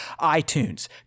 iTunes